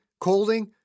Colding